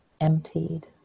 emptied